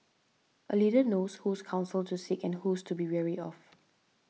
a leader knows whose counsel to seek and whose to be wary of